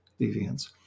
deviance